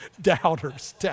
Doubters